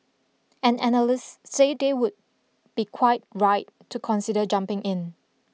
and analysts say they would be quite right to consider jumping in